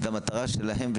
המטרה שלהם,